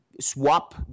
swap